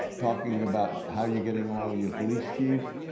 talking about how you're getting along with your police chief,